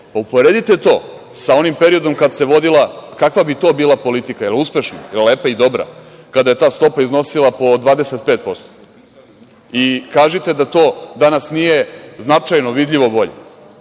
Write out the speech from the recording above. Uporedite to sa onim periodom kada se vodila, kakva bi to bila politika. Jel uspešna, jel lepa i dobra? Kada je ta stopa iznosila po 25%. Kažite da to danas nije značajno vidljivo bolje.